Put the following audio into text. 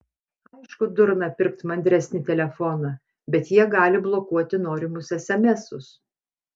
aišku durna pirkti mandresnį telefoną bet jie gali blokuoti norimus esemesus